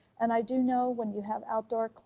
and i do know when you have outdoor